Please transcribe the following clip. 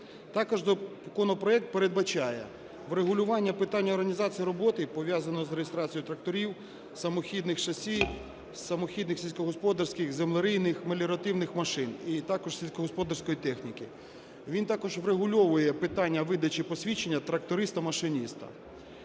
Також законопроект передбачає врегулювання питання організації роботи, пов'язаної з реєстрацією тракторів, самохідних шасі, самохідних сільськогосподарських землерийних, меліоративних машин і також сільськогосподарської техніки. Він також врегульовує питання видачі посвідчення тракториста-машиніста.